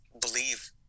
believe